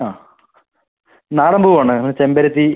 ആ നാടൻ പൂ വേണോ ആ ചെമ്പരത്തി